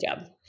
job